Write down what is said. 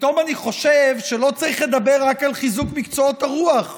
פתאום אני חושב שלא צריך לדבר רק על חיזוק מקצועות הרוח,